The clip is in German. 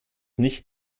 nicht